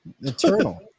Eternal